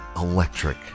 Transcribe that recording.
electric